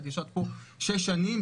את ישבת פה שש שנים.